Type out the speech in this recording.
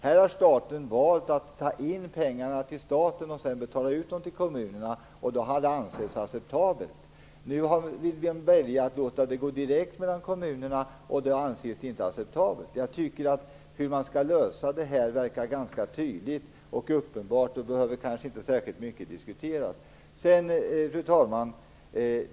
Här har staten valt att ta in pengar till staten för att sedan betala ut dem till kommunerna. Det har ansetts acceptabelt. Nu vill vi välja att låta pengarna gå direkt till kommunerna. Men det anses inte acceptabelt. Hur detta skall lösas tycker jag framstår ganska tydligt och uppenbart. Det behöver kanske inte diskuteras särskilt mycket. Fru talman!